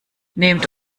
nehmt